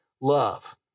love